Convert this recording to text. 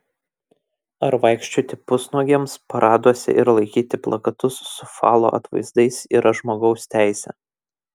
ar vaikščioti pusnuogiams paraduose ir laikyti plakatus su falo atvaizdais yra žmogaus teisė